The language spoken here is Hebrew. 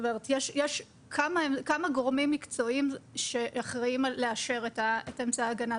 יש כמה גורמים מקצועיים שאחראיים על אישור אמצעי ההגנה,